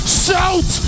shout